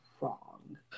wrong